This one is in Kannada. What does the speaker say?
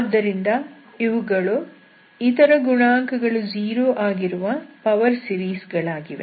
ಆದ್ದರಿಂದ ಇವುಗಳು ಇತರ ಗುಣಾಂಕಗಳು 0 ಆಗಿರುವ ಪವರ್ ಸೀರೀಸ್ ಗಳಾಗಿವೆ